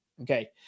okay